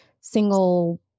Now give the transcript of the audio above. single